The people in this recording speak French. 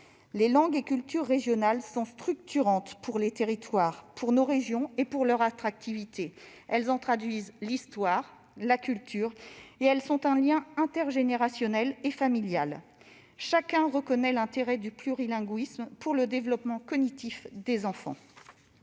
Les langues et cultures régionales sont structurantes pour les territoires, pour nos régions et pour leur attractivité. Elles en traduisent l'histoire, la culture. Elles sont un lien intergénérationnel et familial. Chacun reconnaît l'intérêt du plurilinguisme pour le développement cognitif des enfants.